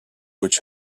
which